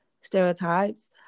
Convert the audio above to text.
stereotypes